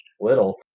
little